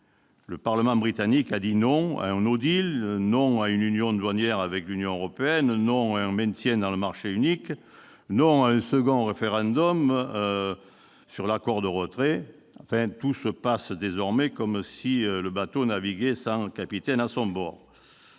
Le Parlement britannique a dit « non » à un, « non » à une union douanière avec l'Union européenne, « non » à un maintien dans le marché unique, « non » à un second référendum sur l'accord de retrait. Tout se passe désormais comme si le bateau naviguait sans capitaine à son bord.